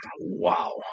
Wow